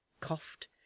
coughed